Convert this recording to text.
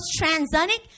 transonic